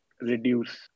reduce